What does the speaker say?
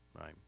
right